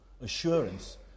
assurance